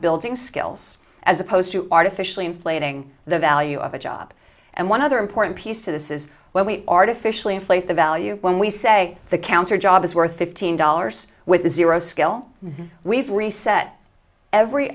building skills as opposed to artificially inflated the value of a job and one other important piece to this is when we artificially inflate the value when we say the counter job is worth fifteen dollars with zero skill we've reset every